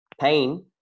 pain